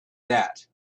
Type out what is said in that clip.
that